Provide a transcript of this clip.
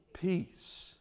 Peace